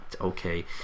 okay